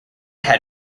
had